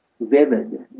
vivid